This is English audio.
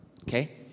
okay